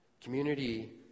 Community